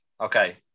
Okay